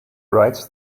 writes